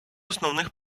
основних